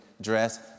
dress